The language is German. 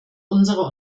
unserer